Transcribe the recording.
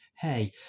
hey